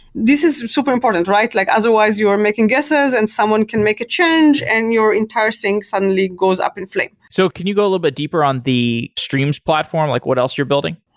this is super important, right? like otherwise you're making guesses and someone can make a change and your entire thing suddenly goes up in flames. so can you go a little bit deeper on the streams platform? like what else you're building.